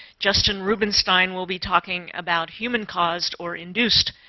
justin rubinstein will be talking about human-caused, or induced,